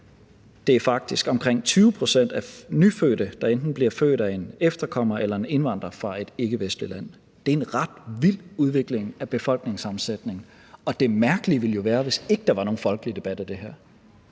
det er faktisk omkring 20 pct. af nyfødte, der enten bliver født af en efterkommer eller en indvandrer fra et ikkevestligt land. Det er en ret vild udvikling i befolkningssammensætningen, og det mærkelige ville jo være, hvis der ikke var nogen folkelig debat om det.